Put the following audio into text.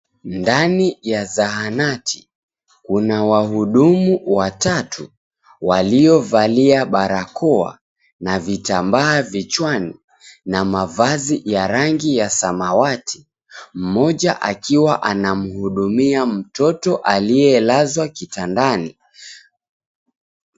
Ndani ya zahanati, kuna wahudumu watatu waliovalia barakoa na vitambaa vichwani na mavazi ya rangi ya samawati. Mmoja akiwa anamhudumia mtoto aliyelazwa kitandani.